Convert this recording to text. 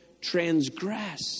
transgress